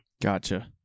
Gotcha